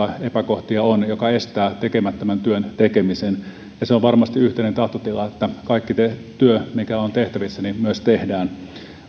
epäkohtia on jotka estävät tekemättömän työn tekemisen se on varmasti yhteinen tahtotila että kaikki työ mikä on tehtävissä myös tehdään